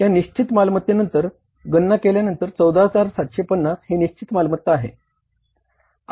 तर या निश्चित मालमत्तेनंतर गणना केल्यानंतर 14750 हि निश्चित मालमत्ता आहे